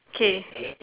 K